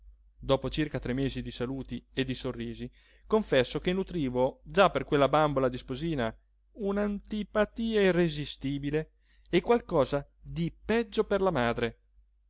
dopo circa tre mesi di saluti e di sorrisi confesso che nutrivo già per quella bambola di sposina un'antipatia irresistibile e qualcosa di peggio per la madre